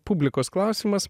publikos klausimas